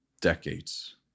decades